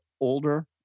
older